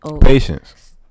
Patience